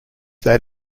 that